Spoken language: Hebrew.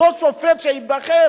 אותו שופט שייבחר